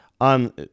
on